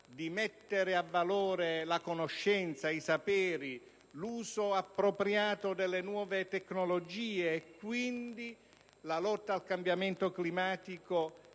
di mettere a valore la conoscenza, i saperi e l'uso appropriato delle nuove tecnologie. La lotta al cambiamento climatico